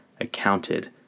accounted